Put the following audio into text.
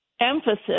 emphasis